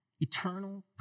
Eternal